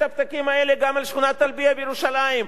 הפתקים האלה גם על שכונת טלביה בירושלים,